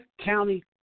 County